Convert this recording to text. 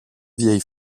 vieilles